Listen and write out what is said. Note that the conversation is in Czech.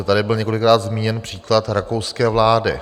Tady byl několikrát zmíněn příklad rakouské vlády.